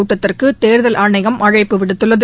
கூட்டத்திற்கு தேர்தல் ஆணையம் அழைப்பு விடுத்துள்ளது